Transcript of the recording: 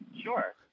Sure